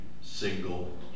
single